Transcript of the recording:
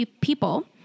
people